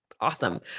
awesome